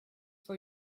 for